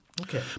Okay